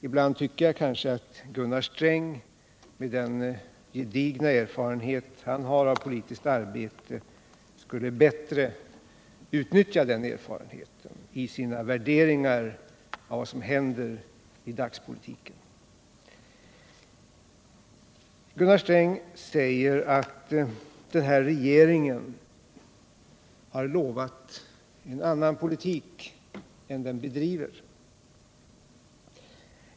Ibland tycker jag kanske ändock att Gunnar Sträng med den gedigna erfarenhet han har av politiskt arbete skulle bättre utnyttja den erfarenheten i sina värderingar av vad som händer i dagspolitiken. Gunnar Sträng säger att regeringen har lovat en annan politik än den som bedrivs.